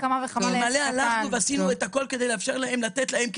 אלמלא הלכנו ועשינו הכול כדי לאפשר לתת להם,